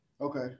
okay